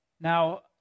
Now